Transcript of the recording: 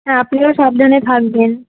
হ্যাঁ আপনিও সাবধানে থাকবেন